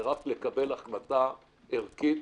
זה רק לקבל החלטה ערכית.